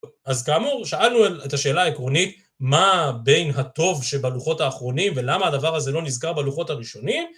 אז כאמור, שאלנו את השאלה העקרונית, מה בין הטוב שבלוחות האחרונים, ולמה הדבר הזה לא נזכר בלוחות הראשונים?